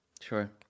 Sure